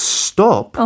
stop